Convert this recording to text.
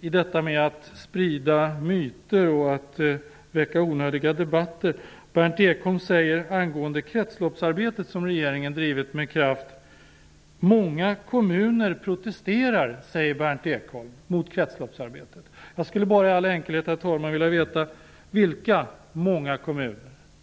det gäller att sprida myter och att väcka onödiga debatter säger Berndt Ekholm angående kretsloppsarbetet som regeringen har drivit med kraft: Många kommuner protesterar mot kretsloppsarbetet. Jag skulle bara i all enkelhet vilja veta vilka kommuner det rör sig om.